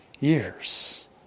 years